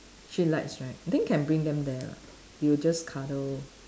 she likes right then you can bring them there lah you just cuddle